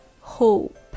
hope